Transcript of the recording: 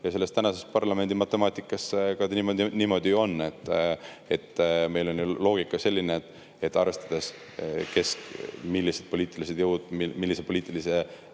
on. Selles tänases parlamendimatemaatikas see niimoodi on. Meil on loogika selline, et arvestades, millised poliitilised jõud, milliste poliitiliste